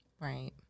Right